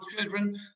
children